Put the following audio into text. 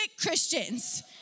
Christians